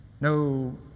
No